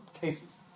cases